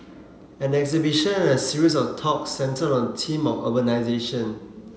an exhibition and a series of talk centred on theme of urbanisation